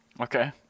okay